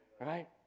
Right